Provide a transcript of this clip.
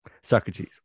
Socrates